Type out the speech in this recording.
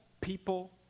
people